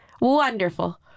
wonderful